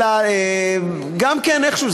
אלא גם כן איכשהו,